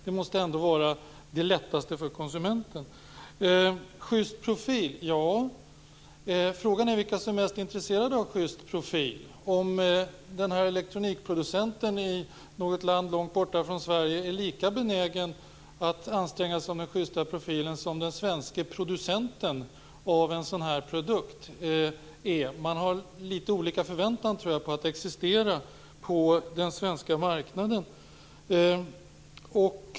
Det måste ändå vara lättast för konsumenten. En schyst profil, talar Hanna Zetterberg om. Frågan är vilka som är mest intresserade av en schyst profil. Är elektronikproducenten i något land långt borta från Sverige lika benägen att anstränga sig för en schyst profil som den svenske producenten av en sådan produkt? Jag tror man har litet olika förväntningar när det gäller att existera på den svenska marknaden.